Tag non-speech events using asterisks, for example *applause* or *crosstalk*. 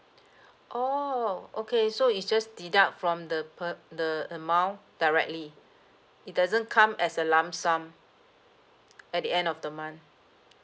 *breath* oh okay so it's just deduct from the per the amount directly it doesn't come as a lump sum *noise* at the end of the month